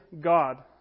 God